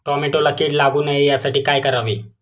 टोमॅटोला कीड लागू नये यासाठी काय करावे?